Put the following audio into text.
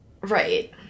right